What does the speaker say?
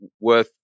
worth